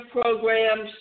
programs